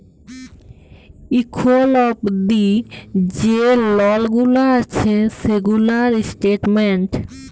এখুল অবদি যে লল গুলা আসে সেগুলার স্টেটমেন্ট